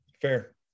Fair